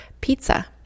pizza